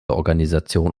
organisation